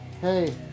hey